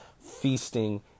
feasting